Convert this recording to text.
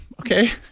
okay.